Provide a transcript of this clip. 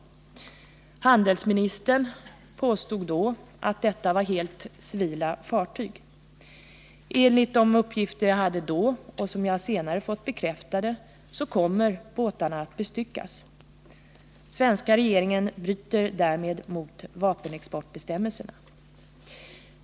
Handelsministern påstod då att detta var helt civila fartyg. Enligt de uppgifter jag hade då och som jag senare fått bekräftade kommer emellertid båtarna att bestyckas. Svenska regeringen bryter därmed mot vapenexportbestämmelserna.